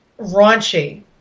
raunchy